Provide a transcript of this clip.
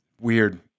weird